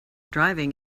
driving